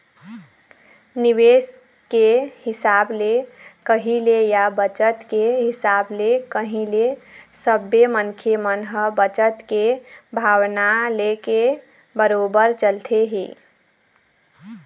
निवेश के हिसाब ले कही ले या बचत के हिसाब ले कही ले सबे मनखे मन ह बचत के भावना लेके बरोबर चलथे ही